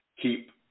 keep